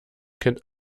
kennt